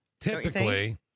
Typically